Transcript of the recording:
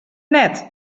net